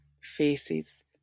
faces